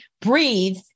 breathe